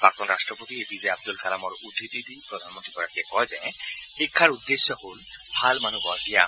প্ৰাক্তন ৰাট্টপতি A P J Abdul কালামৰ উদ্ধতি দি প্ৰধানমন্ত্ৰীগৰাকীয়ে কয় যে শিক্ষাৰ উদ্দেশ্য হল ভাল মানুহ গঢ় দিয়া